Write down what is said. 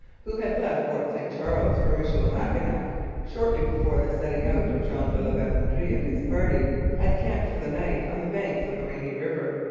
who had left fort st charles for michilimackinac shortly before the setting out of jean de la verendrye and his party, had camped for the night on the banks of the rainy river.